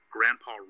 Grandpa